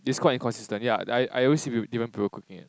it's quite inconsistent yeah I I always see different people cooking it